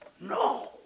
no